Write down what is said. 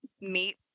meet